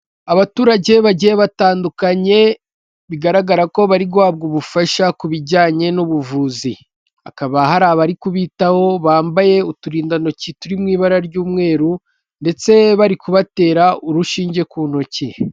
Abaturage bagiye batandukanye, bigaragara ko bari guhabwa ubufasha ku bijyanye n'ubuvuzi. Hakaba hari abari kubitaho bambaye uturindantoki turi mu ibara ry'umweru ndetse bari kubatera urushinge ku ntoki.